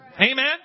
amen